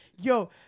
yo